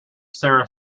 sara